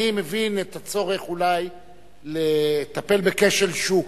אני מבין את הצורך אולי לטפל בכשל שוק,